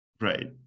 Right